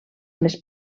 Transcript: més